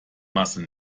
masse